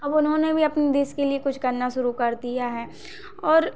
अब उन्होंने भी अपने देश के लिए कुछ करना शुरू कर दिया है और